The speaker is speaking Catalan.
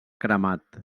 cremat